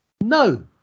No